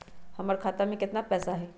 हमर खाता में केतना पैसा हई?